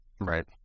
Right